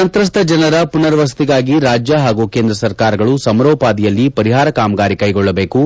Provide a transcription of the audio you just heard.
ಸಂತ್ರಸ್ತ ಜನರ ಪುನರ್ ವಸತಿಗಾಗಿ ರಾಜ್ಯ ಹಾಗೂ ಕೇಂದ್ರ ಸರ್ಕಾರಗಳು ಸಮರೋಪಾದಿಯಲ್ಲಿ ಪರಿಹಾರ ಕಾಮಗಾರಿ ಕೈಗೊಳ್ಳಬೇಕು